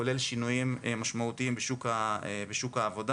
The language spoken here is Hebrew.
כולל שינויים משמעותיים בשוק העבודה,